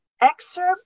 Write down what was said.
excerpt